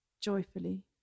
joyfully